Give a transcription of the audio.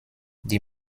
die